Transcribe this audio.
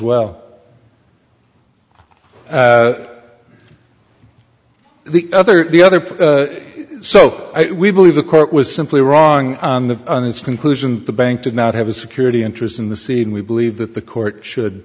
well the other the other part so we believe the court was simply wrong on the on its conclusion the bank did not have a security interest in the scene we believe that the court should